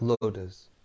lotus